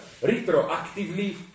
retroactively